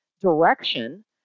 direction